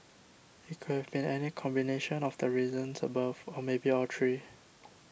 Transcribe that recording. it could have been any combination of the reasons above or maybe all three